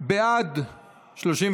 התעבורה (הגבלת סכום אגרת רישיון רכב),